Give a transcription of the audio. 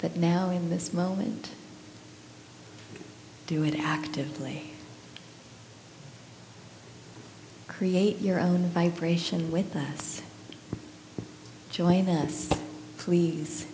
but now in this moment do it actively create your own vibration with us join us please